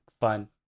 fun